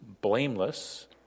blameless